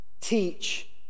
teach